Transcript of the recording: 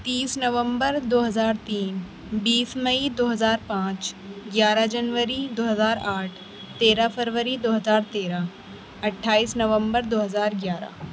تیس نومبر دو ہزار تین بیس مئی دو ہزار پانچ گیارہ جنوری دو ہزار آٹھ تیرہ فروری دو ہزار تیرہ اٹھائیس نومبر دو ہزار گیارہ